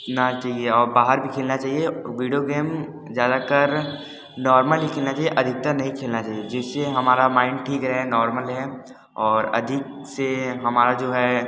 ना चहिए और बाहर भी खेलना चहिए विडियो गेम ज्यादा कर नॉर्मल ही खेलना चहिए अधिकतर नहीं खेलना चहिए जिससे हमारा माइंड ठीक रहे नॉर्मल रहे और अधिक से हमारा जो है